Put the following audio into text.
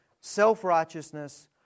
self-righteousness